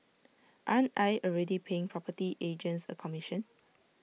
aren't I already paying property agents A commission